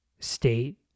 state